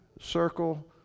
circle